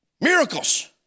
Miracles